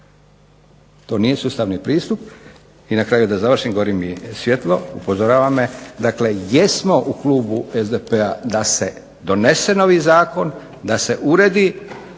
to nije sustavni pristup. I na kraju da završim, gori mi svjetlo, upozorava me. Dakle, jesmo u klubu SDP-a da se donese novi zakon, da se uredi